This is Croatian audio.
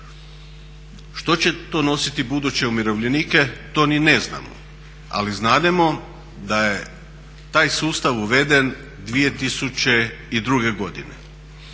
Što će to nositi buduće umirovljenike to ni ne znamo, ali znademo da je taj sustav uveden 2002. godine,